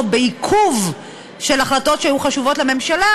בעיכוב של החלטות שהיו חשובות לממשלה,